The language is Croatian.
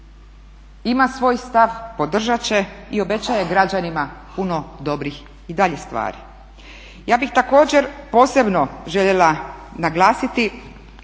ima svoj stav, podržat će i obećaje građanima puno dobrih i dalje stvari. Ja bih također posebno željela naglasiti